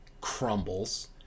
crumbles